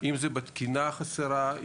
אם זה בתקינה החסרה,